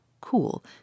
cool